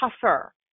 tougher